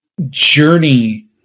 journey